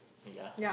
ya